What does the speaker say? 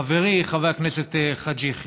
חברי חבר הכנסת חאג' יחיא,